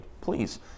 please